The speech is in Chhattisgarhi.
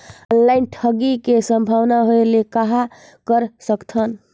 ऑनलाइन ठगी के संभावना होय ले कहां कर सकथन?